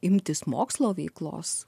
imtis mokslo veiklos